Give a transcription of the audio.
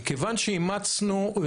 מכיוון שאימצנו,